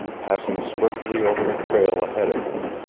passing swiftly over the trail ahead of him,